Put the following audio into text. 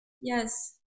Yes